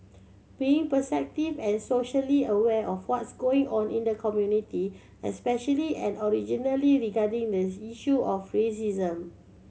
being perceptive and socially aware of what's going on in the community especially and originally regarding the issue of racism